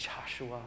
Joshua